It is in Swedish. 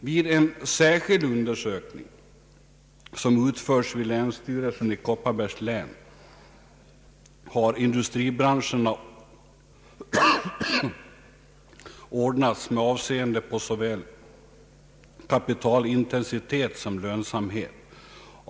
Vid en särskild undersökning, som utförts vid länsstyrelsen i Kopparbergs län, har industribranscherna ordnats med avseende på såväl kapitalintensitet som lönsamhet.